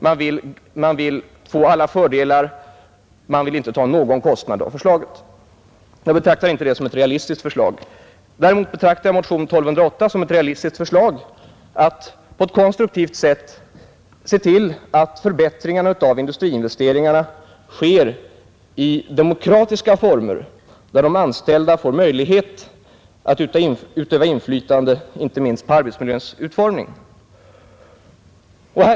Man vill få alla fördelar men vill inte ta några kostnader för förslaget. Jag betraktar det inte såsom ett realistiskt förslag. Däremot betraktar jag motion 1208 såsom ett realistiskt förslag för att på ett konstruktivt sätt se till att förbättringarna av industriinvesteringarna sker i demokratiska former, där de anställda får möjlighet att utöva inflytande, inte minst på arbetsmiljöns utformning.